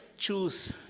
choose